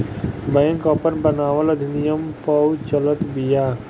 bank आपन बनावल अधिनियम पअ चलत बिया